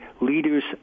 leaders